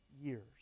years